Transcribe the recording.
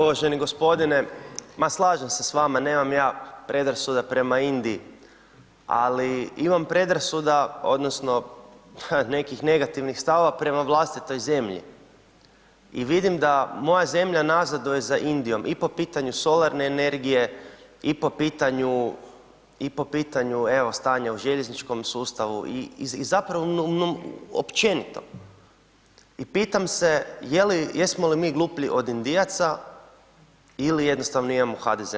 Uvaženi gospodine, ma slažem se s vama, nemam ja predrasuda prema Indiji, ali imam predrasuda odnosno nekih negativnih stavova prema vlastitoj zemlji i vidim da moja zemlja nazaduje za Indijom i po pitanju solarne energije i po pitanju evo stanja u željezničkom sustava i zapravo općenito i pitam se jesmo li mi gluplji od Indijaca ili jednostavno imamo HDZ na vlasti.